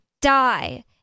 die